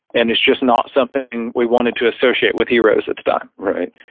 and it's just not something we wanted to associate with heroes, it's done right.